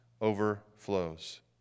overflows